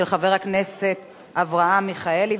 של חבר הכנסת אברהם מיכאלי.